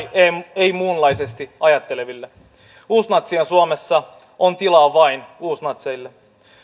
eikä muunlaisesti ajatteleville uusnatsien suomessa on tilaa vain uusnatseille